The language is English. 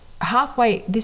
halfway